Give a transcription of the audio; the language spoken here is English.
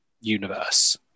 universe